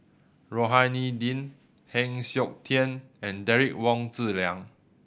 Rohani Din Heng Siok Tian and Derek Wong Zi Liang